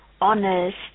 honest